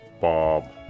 Bob